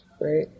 right